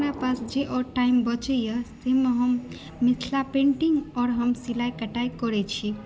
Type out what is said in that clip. आओर हमरा पास जे आओर टाइम बचैया ताहिमे हम मिथिला पेंटिंग आओर हम सिलाई कटाई करै छी